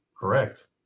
correct